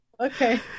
Okay